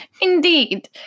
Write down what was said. indeed